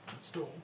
storm